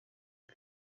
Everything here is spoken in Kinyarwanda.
bwe